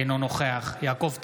אינו נוכח יעקב טסלר,